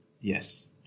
Yes